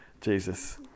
Jesus